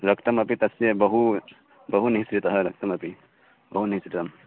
रक्तमपि तस्य बहु बहु निस्रितः रक्तमपि बहु निस्रितं